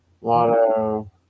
lotto